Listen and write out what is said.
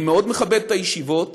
אני מאוד מכבד את הישיבות,